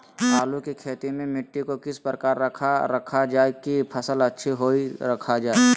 आलू की खेती में मिट्टी को किस प्रकार रखा रखा जाए की फसल अच्छी होई रखा जाए?